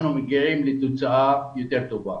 כך אנחנו מגיעים לתוצאה יותר טובה.